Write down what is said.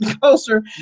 closer